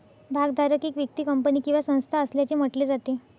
भागधारक एक व्यक्ती, कंपनी किंवा संस्था असल्याचे म्हटले जाते